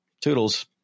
toodles